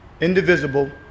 indivisible